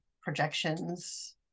projections